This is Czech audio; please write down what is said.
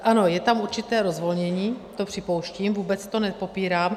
Ano, je tam určité rozvolnění, to připouštím, vůbec to nepopírám.